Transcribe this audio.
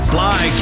Fly